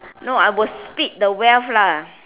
no I will split the wealth lah